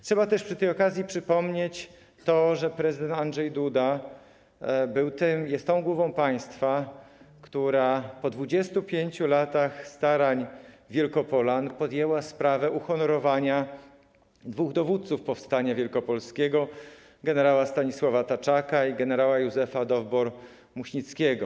Trzeba też przy tej okazji przypomnieć, że prezydent Andrzej Duda jest tą głową państwa, która po 25 latach starań Wielkopolan podjęła sprawę uhonorowania dwóch dowódców powstania wielkopolskiego: gen. Stanisława Taczaka i gen. Józefa Dowbor-Muśnickiego.